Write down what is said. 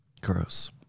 Gross